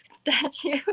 statue